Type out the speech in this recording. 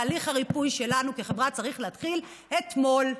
תהליך הריפוי שלנו כחברה צריך להתחיל אתמול.